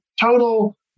total